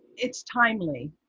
it's timely,